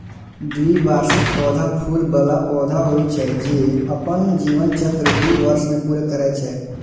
द्विवार्षिक पौधा फूल बला पौधा होइ छै, जे अपन जीवन चक्र दू वर्ष मे पूरा करै छै